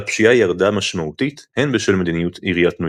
והפשיעה ירדה משמעותית הן בשל מדיניות עיריית ניו